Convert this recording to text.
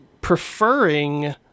preferring